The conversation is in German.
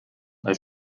als